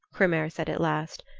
hrymer said at last.